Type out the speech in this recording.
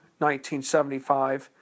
1975